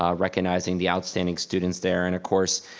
ah recognizing the outstanding students there. and of course,